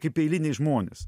kaip eiliniai žmonės